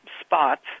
spots